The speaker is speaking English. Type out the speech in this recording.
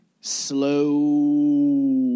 slow